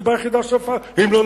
אם לא,